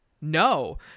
No